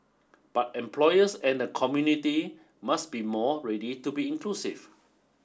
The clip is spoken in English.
but employers and the community must be more ready to be inclusive